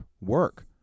work